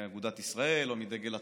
מאגודת ישראל או מדגל התורה,